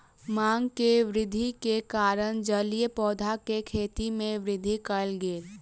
मांग में वृद्धि के कारण जलीय पौधा के खेती में वृद्धि कयल गेल